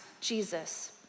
Jesus